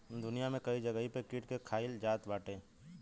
दुनिया में कई जगही पे कीट के खाईल जात बाटे